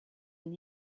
and